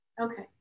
Okay